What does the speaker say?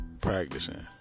practicing